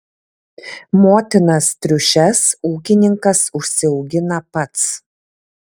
motinas triušes ūkininkas užsiaugina pats